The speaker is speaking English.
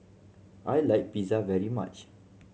I like Pizza very much